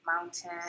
mountain